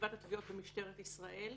בחטיבת התביעות במשטרת ישראל.